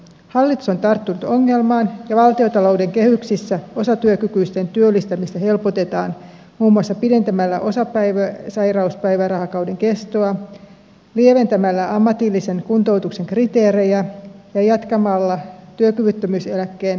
hallitus on tarttunut ongelmaan ja valtiontalouden kehyksissä osatyökykyisten työllistämistä helpotetaan muun muassa pidentämällä osapäiväsairauspäivärahakauden kestoa lieventämällä ammatillisen kuntoutuksen kriteerejä ja jatkamalla työkyvyttömyyseläkkeen lepäämäänjättämislakia